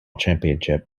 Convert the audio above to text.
championship